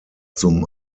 zum